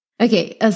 Okay